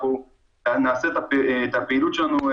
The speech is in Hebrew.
אנחנו נעשה את הפעילות שלנו,